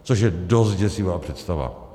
Což je dost děsivá představa.